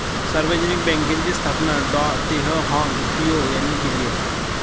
सार्वजनिक बँकेची स्थापना डॉ तेह हाँग पिओ यांनी केली आहे